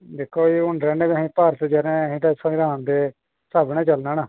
ते हून दिक्खो असें भारत दे संविधान दे स्हाबै कन्नै चलना ना